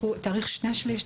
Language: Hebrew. תאריך שני-שליש,